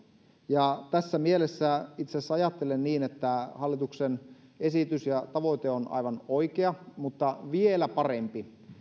ja tässä mielessä itse asiassa ajattelen niin että hallituksen esitys ja tavoite on aivan oikea mutta vielä parempi